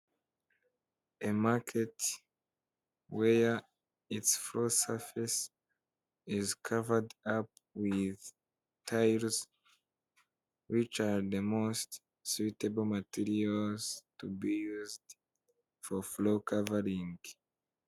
aimarket wehere et frocer fece is covard ap wis tiles wcr the mostsuitble matlies to best foflock varining A market where ensfroce surface is covered up with stiles which are the most suitable materials to be used for follow covering.